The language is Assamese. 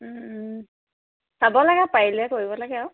চাব লাগে পাৰিলে কৰিব লাগে আৰু